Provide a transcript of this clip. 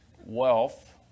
wealth